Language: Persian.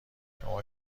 شما